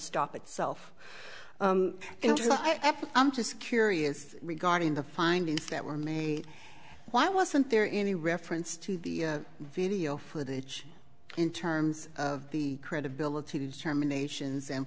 stop itself into the act i'm just curious regarding the findings that were made why wasn't there any reference to the video footage in terms of the credibility determinations and